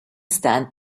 stand